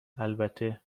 البته